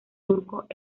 turcos